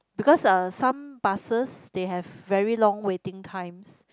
because uh some buses they have very long waiting time